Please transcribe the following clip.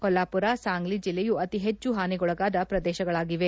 ಕೊಲ್ವಾಪುರ ಸಾಂಗ್ಲಿ ಜಿಲ್ಲೆಯು ಅತಿ ಹೆಚ್ಚು ಹಾನಿಗೊಳಗಾದ ಪ್ರದೇಶಗಳಾಗಿದೆ